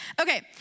Okay